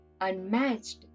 unmatched